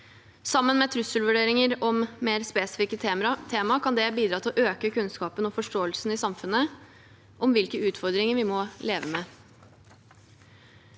Sammen med trusselvurderinger om mer spesifikke tema kan det bidra til å øke kunnskapen og forståelsen i samfunnet om hvilke utfordringer vi må leve med.